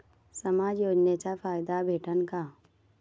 समाज योजनेचा फायदा भेटन का?